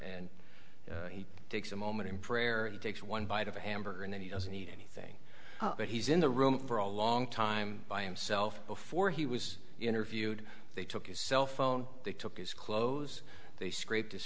and he takes a moment in prayer and takes one bite of a hamburger and then he doesn't eat anything but he's in the room for a long time by himself before he was interviewed they took his cell phone they took his clothes they scraped